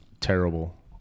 terrible